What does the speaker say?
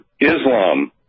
Islam